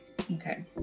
Okay